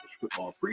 football